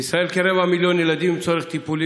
בישראל כרבע מיליון ילדים עם צורך טיפולי